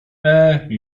eee